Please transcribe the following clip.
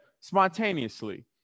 spontaneously